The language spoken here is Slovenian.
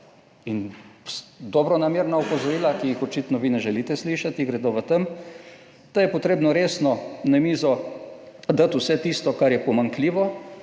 In dobronamerna opozorila, ki jih očitno vi ne želite slišati, gredo v tem, da je potrebno resno na mizo dati vse tisto, kar je pomanjkljivo